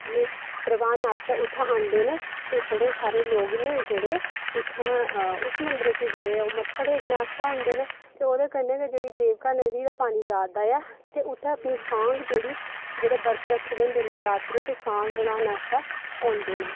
परवाह्ने आस्तै उत्थै औंदे न ते बड़े सारे लोक न जेह्ड़े उत्थै उस मंदरै च जेह्ड़े मत्था टेकने आस्तै औंदे न ते ओह्दे कन्नै गै जेह्ड़ी देवका नदी दा पानी जा दा ऐ ते उत्थै अपनी साख जेह्ड़ी जेह्ड़े व्रत रक्खे दे होंदे नवरात्रे ओह् साख रड़ाहनै आस्तै औंदे न